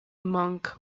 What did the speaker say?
monk